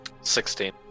Sixteen